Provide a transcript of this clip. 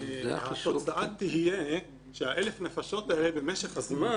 התוצאה תהיה שה-1,000 נפשות האלה במשך הזמן,